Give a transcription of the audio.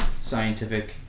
scientific